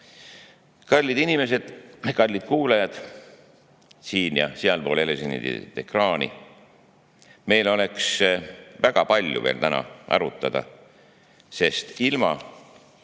Kallid inimesed, kallid kuulajad siin- ja sealpool helesinist ekraani! Meil oleks väga palju veel täna arutada, sest pikas